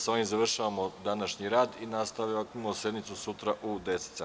Sa ovim završavamo današnji rad i nastavljamo sednicu sutra u 10,